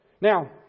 Now